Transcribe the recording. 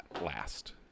last